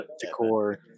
decor